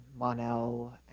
monel